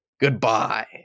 goodbye